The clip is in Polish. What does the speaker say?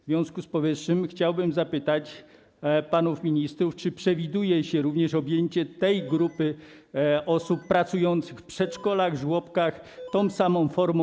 W związku z powyższym chciałbym zapytać panów ministrów: Czy przewiduje się również objęcie tej grupy osób pracujących w przedszkolach, żłobkach tą samą formą pomocy.